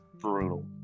brutal